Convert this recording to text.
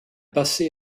passé